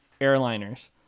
airliners